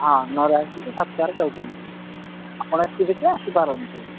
ହଁ ନଅରେ ଆସିକି ସାତଟାରେ ଯାଉଛନ୍ତି ଆପଣ ଏତିକି ଭିତରେ ଆସି ପାରନ୍ତି